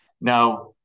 Now